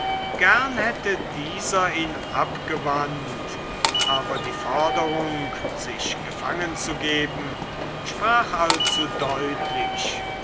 gern hätte dieser ihn abgewandt aber die forderung sich gefangen zu geben sprach allzu deutlich